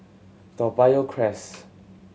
Toa Payoh Crest